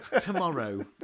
tomorrow